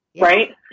right